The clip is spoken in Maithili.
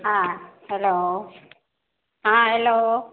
हँ हेलो हँ हेलो